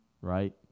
right